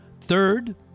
Third